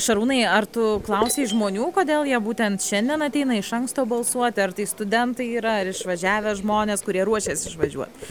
šarūnai ar tu klausei žmonių kodėl jie būtent šiandien ateina iš anksto balsuoti ar tai studentai yra ar išvažiavę žmonės kurie ruošias išvažiuot